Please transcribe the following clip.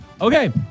Okay